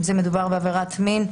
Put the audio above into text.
אם מדובר בעיקר בעבירת מין,